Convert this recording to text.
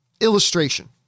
illustration